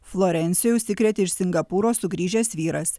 florencijoj užsikrėtė iš singapūro sugrįžęs vyras